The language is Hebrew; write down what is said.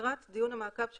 לקראת דיון המעקב היום,